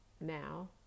Now